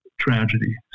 tragedy